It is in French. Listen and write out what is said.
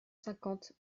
cinquante